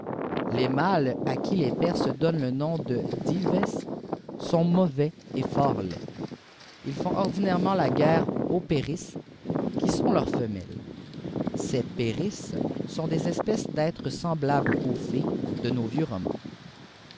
les mâles à qui les jerses donnent le nom de divesj sont mauvais et fort laids ils font ordinairement la guerre aux péris qui sont leurs femelles ces péris sont des espèces d'êtres semblables aux fées de nos